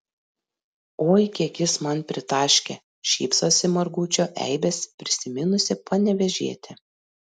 oi kiek jis man pritaškė šypsosi margučio eibes prisiminusi panevėžietė